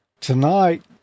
Tonight